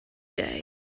day